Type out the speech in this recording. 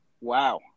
Wow